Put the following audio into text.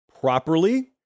properly